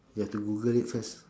you have to Google it first